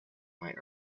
might